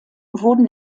wurden